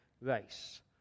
race